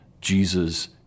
Jesus